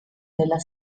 nella